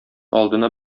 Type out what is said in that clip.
алдына